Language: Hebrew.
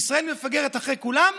ישראל מפגרת אחרי כולם,